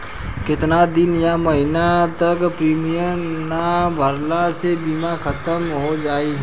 केतना दिन या महीना तक प्रीमियम ना भरला से बीमा ख़तम हो जायी?